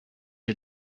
are